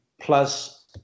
plus